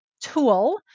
tool